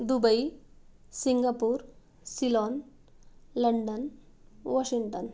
Dubai Singapore Ceylon London Washington